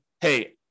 hey